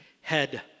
head